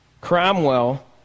Cromwell